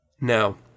Now